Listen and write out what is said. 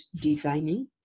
designing